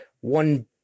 One